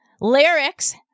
lyrics